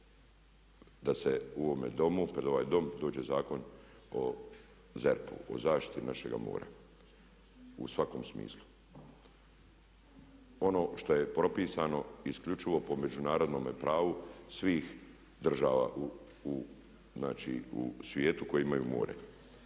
da se u ovome Domu, pred ovaj Dom dođe Zakon o ZERP-u, o zaštiti našega mora u svakom smislu? Ono što je propisano isključivo po međunarodnome pravu svih država u svijetu koje imaju more.